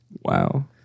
Wow